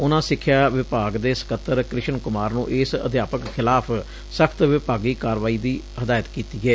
ਉਨਾਂ ਸਿੱਖਿਆ ਵਿਭਾਗ ਦੇ ਸਕੱਤਰ ਕ੍ਰਿਸ਼ਨ ਕੁਮਾਰ ਨੂੰ ਇਸ ਅਧਿਆਪਕ ਖ਼ਿਲਾਫ਼ ਸਖ਼ਤ ਵਿਭਾਗੀ ਕਾਰਵਾਈ ਦੀ ਹਦਾਇਤ ਕੀਤੀ ਏ